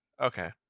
Okay